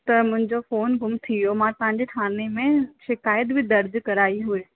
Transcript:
त मुंहिंजो फ़ोन गुम थी वियो मां पंहिंजे थाने में शिकायत बि दर्ज कराई हुई